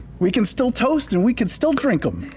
we can still toast, and we can still drink em.